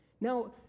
Now